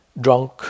drunk